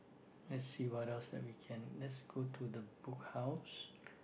let's see what else that we can let's go the Book House